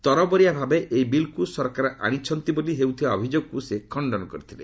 ତରବରିଆ ଭାବେ ଏହି ବିଲ୍କୃ ସରକାର ଆଶିଛନ୍ତି ବୋଲି ହେଉଥିବା ଅଭିଯୋଗକୁ ସେ ଖଣ୍ଡନ କରିଥିଲେ